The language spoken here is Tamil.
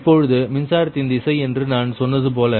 இப்பொழுது மின்சாரத்தின் திசை என்று நான் சொன்னது போல